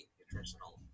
nutritional